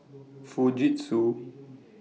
Fujitsu